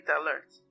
alert